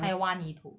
还有挖泥土